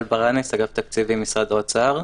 אני מאגף תקציבים במשרד האוצר.